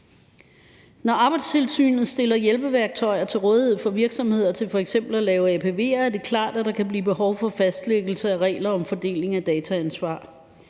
Når Arbejdstilsynet stiller hjælpeværktøjer til rådighed for virksomheder til f.eks. at lave apv'er, er det klart, at der kan blive behov for fastlæggelse af regler om fordeling af dataansvar.